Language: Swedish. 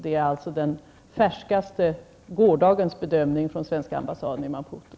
Det är alltså den färskaste bedömningen, från i går, av den svenska ambassaden i Mobutu.